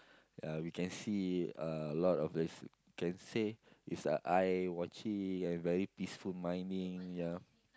ya we can see uh lot of there's can say it's a eye watching and very peaceful mining ya